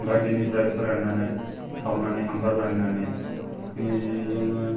बायदिनिफ्राय फोराननानै सावनानै हांगार बानायनानै जोङो